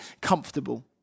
comfortable